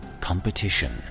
competition